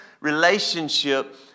relationship